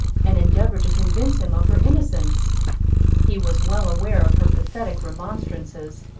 and endeavour to convince him of her innocence he was well aware of her pathetic remonstrances,